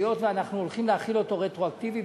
היות שאנחנו הולכים להחיל אותו רטרואקטיבית,